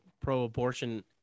pro-abortion